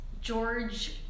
George